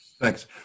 Thanks